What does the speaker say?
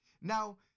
Now